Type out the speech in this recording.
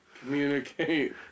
Communicate